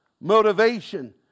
motivation